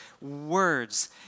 words